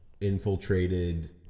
infiltrated